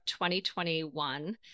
2021